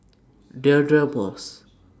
Deirdre Moss